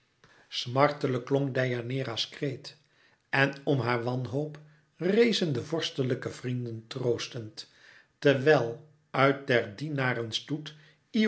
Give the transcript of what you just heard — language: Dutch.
smartelijk klonk deianeira's kreet en om haar wanhoop rezen de vorstelijke vrienden troostend terwijl uit der dienaren stoet